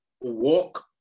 walk